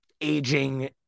aging